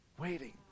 waiting